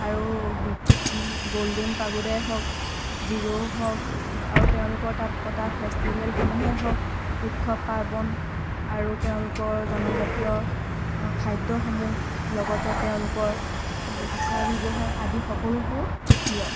আৰু গল্ডেন পাগোডাই হওক জিৰ'ই হওক আৰু তেওঁলোকৰ তাত পতা ফেষ্টিভেলসমূহেই হওক উৎসৱ পাৰ্বণ আৰু তেওঁলোকৰ জনজাতীয় খাদ্যসমূহ লগতে তেওঁলোকৰ আচাৰ ব্যৱহাৰ আদি সকলোবোৰ প্ৰিয়